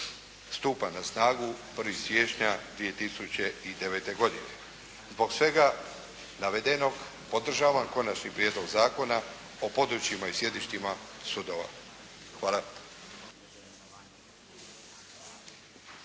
stupa na snagu 1. siječnja 2009. godine. Zbog svega navedenog podržavam Konačni prijedlog Zakona o područjima i sjedištima sudova. Hvala.